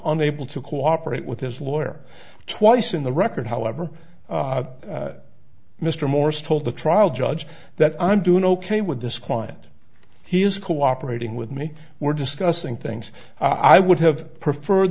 unable to cooperate with his lawyer twice in the record however mr morse told the trial judge that i'm doing ok with this client he is cooperating with me we're discussing things i would have preferred